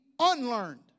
unlearned